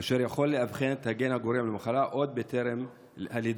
אשר יכול לאבחן את הגן הגורם למחלה עוד בטרם הלידה.